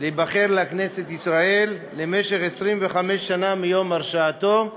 להיבחר לכנסת ישראל למשך 25 שנה מיום הרשעתו.